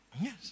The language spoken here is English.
Yes